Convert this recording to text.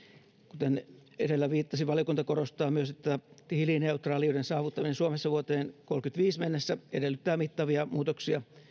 kuten edellä viittasin valiokunta korostaa myös että hiilineutraaliuden saavuttaminen suomessa vuoteen kolmessakymmenessäviidessä mennessä edellyttää mittavia muutoksia